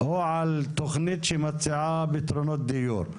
או על תכנית שמציעה פתרונות דיור.